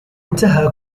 انتهى